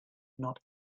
not